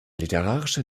literarische